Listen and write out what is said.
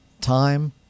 time